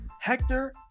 Hector